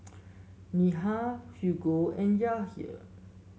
Neha Hugo and Yahir